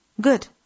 Good